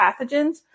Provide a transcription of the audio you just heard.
pathogens